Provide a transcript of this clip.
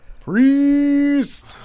Priest